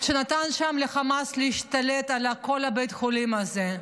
שנתן שם לחמאס להשתלט על כל בית החולים הזה,